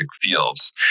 fields